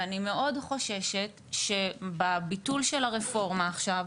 ואני מאוד חוששת שבביטול של הרפורמה עכשיו,